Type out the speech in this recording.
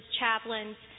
chaplains